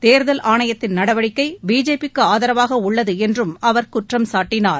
தேர்தல் ஆணையத்தின் நடவடிக்கை பிஜேபிக்கு ஆதரவாக உள்ளது என்றும் அவர் குற்றம் சாட்டினார்